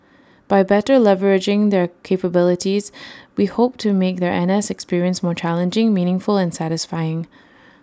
by better leveraging their capabilities we hope to make their N S experience more challenging meaningful and satisfying